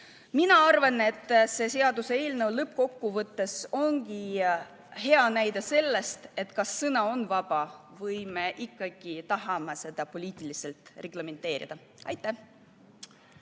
Mina arvan, et see seaduseelnõu lõppkokkuvõttes ongi hea näide selle kohta, kas sõna on vaba või me ikkagi tahame seda poliitiliselt reglementeerida. Aitäh!